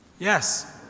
Yes